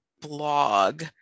blog